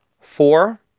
Four